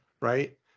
right